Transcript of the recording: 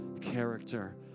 character